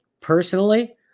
personally